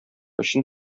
өчен